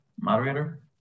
Moderator